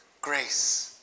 grace